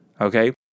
Okay